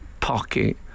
pocket